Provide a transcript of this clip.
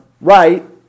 right